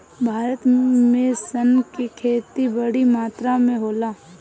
भारत में सन के खेती बड़ी मात्रा में होला